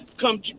come